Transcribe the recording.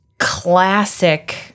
classic